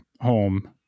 home